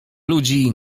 ludzi